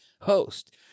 host